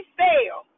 fail